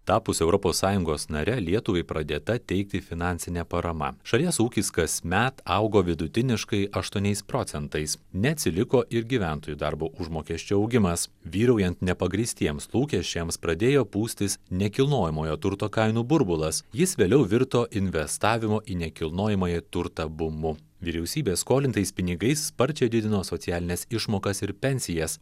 tapus europos sąjungos nare lietuvai pradėta teikti finansinė parama šalies ūkis kasmet augo vidutiniškai aštuoniais procentais neatsiliko ir gyventojų darbo užmokesčio augimas vyraujant nepagrįstiems lūkesčiams pradėjo pūstis nekilnojamojo turto kainų burbulas jis vėliau virto investavimo į nekilnojamąjį turtą bumu vyriausybė skolintais pinigais sparčiai didino socialines išmokas ir pensijas